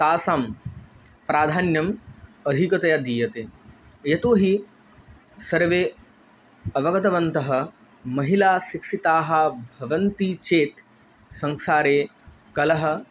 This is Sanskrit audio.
तासां प्राधान्यम् अधिकतया दीयते यतोहि सर्वे अवगतवन्तः महिलाशिक्षिताः भवन्ति चेत् संसारे कलहः